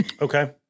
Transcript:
Okay